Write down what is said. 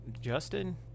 justin